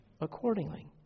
accordingly